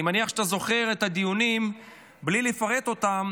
אני מניח שאתה זוכר את הדיונים בתחילת מרץ בלי לפרט אותם,